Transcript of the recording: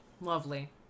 Lovely